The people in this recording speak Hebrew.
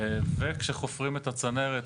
כשחופרים את הצנרת,